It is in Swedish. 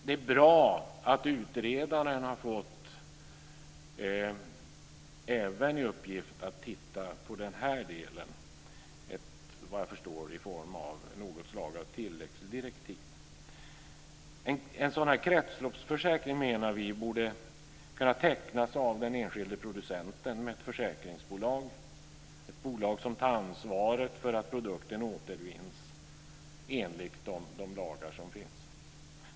Det är bra att utredaren även har fått i uppgift att titta på den här delen i form av, vad jag förstår, något slag av tilläggsdirektiv. En sådan kretsloppsförsäkring menar vi borde kunna tecknas av den enskilde producenten med ett försäkringsbolag, ett bolag som tar ansvar för att produkten återvinns enligt de lagar som finns.